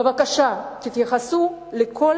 בבקשה, תתייחסו לכל